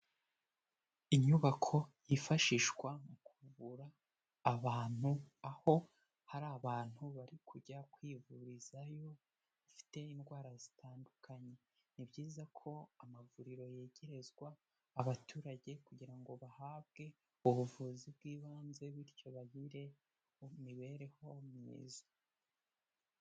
Inyubako yifashishwa mu kuvura abantu, aho hari abantu bari kujya kwivurizayo, bafite indwara zitandukanye. Ni byiza ko amavuriro yegerezwa abaturage kugira ngo bahabwe ubuvuzi bw'ibanze, bityo bagire imibereho myiza.